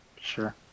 Sure